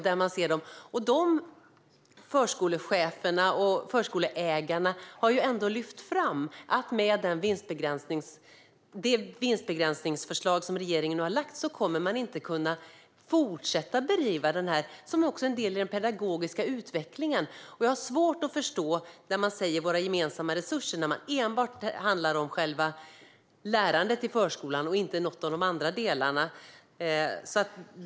De förskolecheferna och förskoleägarna har ändå lyft fram att med det vinstbegränsningsförslag som regeringen har lagt fram kommer man inte att kunna fortsätta bedriva den verksamhet som är en del i den pedagogiska utvecklingen. Jag har svårt att förstå när man talar om våra gemensamma resurser att det enbart handlar om lärandet i förskolan och inte någon av de andra delarna.